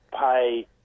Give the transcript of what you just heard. pay